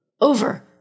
over